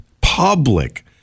public